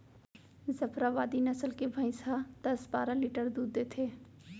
जफराबादी नसल के भईंस ह दस बारा लीटर दूद देथे